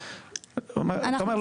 אתה אומר,